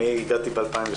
אני הגעתי ב-2013.